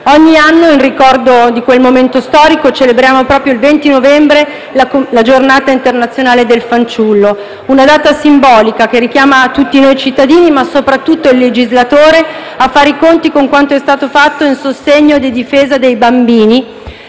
Ogni anno, in ricordo di quel momento storico, celebriamo, proprio il 20 novembre, la Giornata internazionale del fanciullo, una data simbolica, che richiama tutti noi cittadini, ma soprattutto il legislatore, a fare i conti con quanto è stato fatto in sostegno e in difesa dei bambini